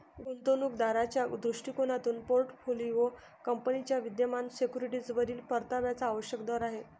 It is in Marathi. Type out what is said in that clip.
गुंतवणूक दाराच्या दृष्टिकोनातून पोर्टफोलिओ कंपनीच्या विद्यमान सिक्युरिटीजवरील परताव्याचा आवश्यक दर आहे